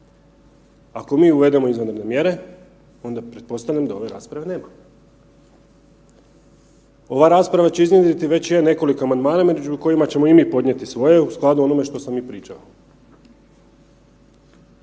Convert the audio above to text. Ako mi uvedemo izvanredne mjere onda pretpostavljam da ove rasprave nema. Ova rasprava će iznjedriti, već je, nekoliko amandmana među kojima ćemo i mi podnijeti svoje u skladu onome što smo mi pričali.